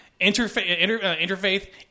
interfaith